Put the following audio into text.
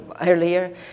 earlier